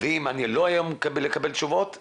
ואם לא אקבל תשובות היום,